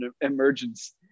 emergence